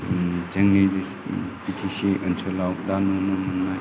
जोंनि B T C ओनसोलाव दा नुनो मोननाय